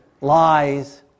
lies